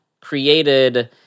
created